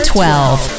Twelve